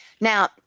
Now